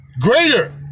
Greater